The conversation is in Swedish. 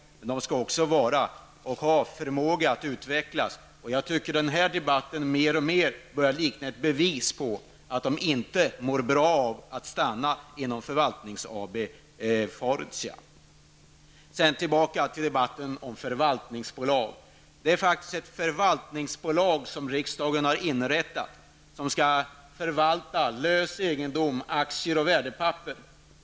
Men de skall också ha förmåga att utvecklas. Jag tycker att denna debatt mer och mer börjar likna ett bevis på att de inte mår bra av att förbli i Förvaltnings AB Fortia. Jag återgår till debatten om förvaltningsbolag. Riksdagen har inrättat ett förvaltningsbolag som skall förvalta lös egendom, aktier och värdepapper.